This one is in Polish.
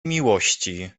miłości